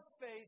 faith